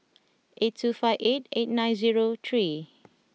eight two five eight eight nine zero three